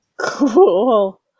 Cool